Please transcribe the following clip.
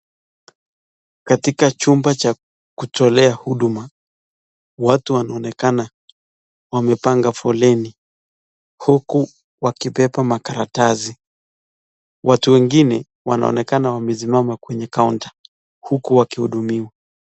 Katika chumba cha kutolea huduma ,watu wanaonekana wamepanga foleni huku wakibeba makaratasi , watu wengine wanaonekana wamesimama kwenye (cs) counter (cs) huku wakihudumiwa.